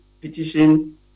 petition